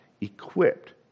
equipped